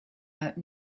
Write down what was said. out